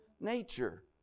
nature